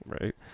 right